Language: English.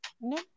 No